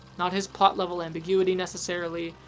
not his plot level ambiguity, necessarily.